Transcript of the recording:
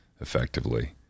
effectively